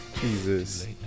Jesus